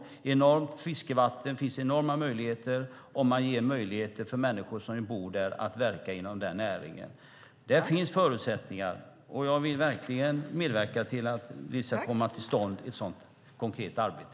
Det är ett enormt fiskevatten, och det finns enorma möjligheter om man ger människor som bor där möjlighet att verka inom denna näring. Det finns förutsättningar, och jag vill verkligen medverka till att vi ska få till stånd ett konkret arbete.